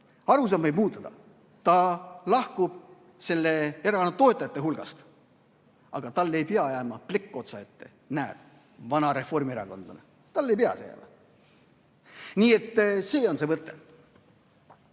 Arusaamad võivad muutuda ja inimene lahkub selle erakonna toetajate hulgast. Aga talle ei pea jääma plekk otsaette: näed, vana reformierakondlane. Talle ei pea see jääma. Nii et see on see mõte.